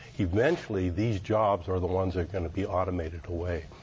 eventually, these jobs are the ones that are going to be automated away.